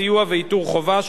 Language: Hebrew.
סיוע ואיתור חובה),